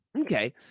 Okay